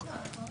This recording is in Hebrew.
אוקיי, מי בעד?